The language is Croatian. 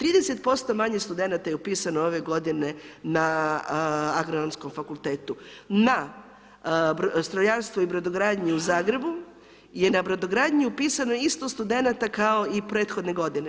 30% manje studenata je upisano ove godine na Agronomskom fakultetu, na strojarstvu i brodogradnji u Zagrebu je na brodogradnji upisano isto studenata kao i prethodne godine.